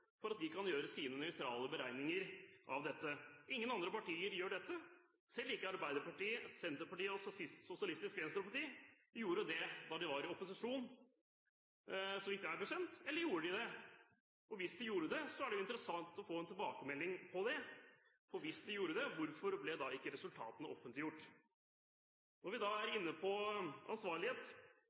slik at de kan gjøre sine nøytrale beregninger av det. Ingen andre partier gjør dette. Selv ikke Arbeiderpartiet, Senterpartiet og Sosialistisk Venstreparti gjorde det da de var i opposisjon, så vidt jeg vet – eller gjorde de det? Hvis de gjorde det, ville det vært interessant å få en tilbakemelding på det, for hvis de gjorde det, hvorfor ble ikke resultatene offentliggjort? Når vi da er inne på ansvarlighet,